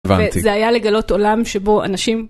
הבנתי. זה היה לגלות עולם שבו אנשים.